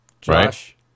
Josh